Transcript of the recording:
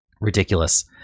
Ridiculous